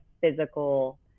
physical